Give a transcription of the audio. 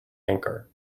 anchor